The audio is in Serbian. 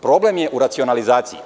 Problem u racionalizaciji.